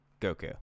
goku